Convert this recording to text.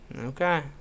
Okay